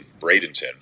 Bradenton